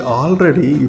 already